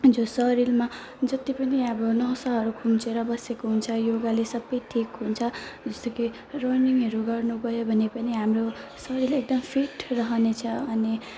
जो शरीरमा जति पनि अब नसाहरू खुम्चिएर बसेको हुन्छ योगाले सबै ठिक हुन्छ जस्तो कि रनिङहरू गर्न गयो भने पनि हाम्रो शरीर एकदम फिट रहनेछ अनि